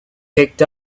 picked